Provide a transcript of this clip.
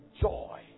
joy